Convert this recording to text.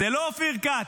זה לא אופיר כץ,